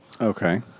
Okay